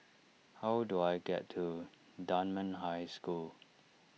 how do I get to Dunman High School